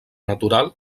natural